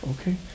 okay